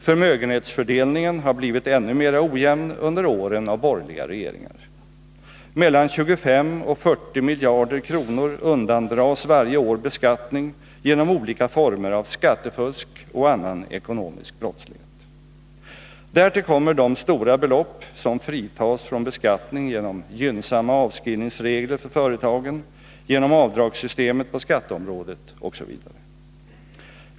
Förmögenhetsfördelningen har blivit ännu mera ojämn under åren av borgerliga regeringar. Mellan 25 och 40 miljarder kronor undandras varje år beskattning genom olika former av skattefusk och annan ekonomisk brottslighet. Därtill kommer de stora belopp som fritas från beskattning genom gynnsamma avskrivningsregler för företagen, genom avdragssystemet på skatteområdet osv.